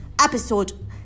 episode